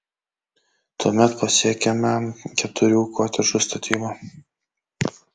tuomet pasiekiame keturių kotedžų statybą